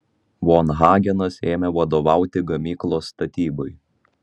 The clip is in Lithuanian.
von hagenas ėmė vadovauti gamyklos statybai